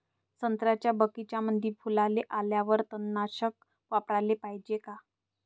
संत्र्याच्या बगीच्यामंदी फुलाले आल्यावर तननाशक फवाराले पायजे का?